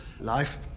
life